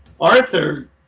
Arthur